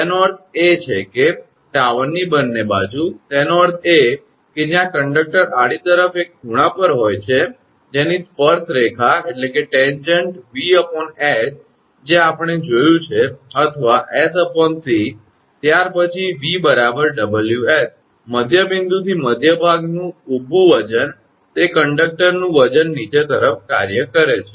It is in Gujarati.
તેનો અર્થ એ છે કે ટાવરની બંને બાજુ તેનો અર્થ એ કે જ્યાં કંડકટર આડી તરફ એક ખૂણા પર હોય છે જેની સ્પર્શ રેખાટેંજંટ 𝑉𝐻 જે આપણે જોયું છે અથવા 𝑠𝑐 ત્યાર પછી 𝑉 𝑊𝑠 મધ્ય બિંદુથી મધ્યભાગનું ઊભું વજન તે કંડકટરનું વજન નીચે તરફ કાર્ય કરે છે